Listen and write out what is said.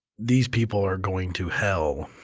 these people are going to hell,